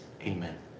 Amen